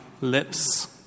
lips